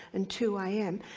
and two a m.